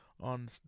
on